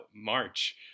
March